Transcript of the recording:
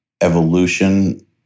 evolution